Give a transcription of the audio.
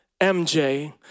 MJ